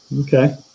Okay